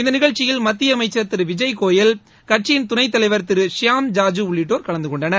இந்த நிகழ்ச்சியில் மத்திய அமைச்சர் திரு விஜய்கோயல் கட்சியின் துணைத் தலைவர் திரு ஷியாம் ஜாஜூ உள்ளிட்டோர் கலந்து கொண்டனர்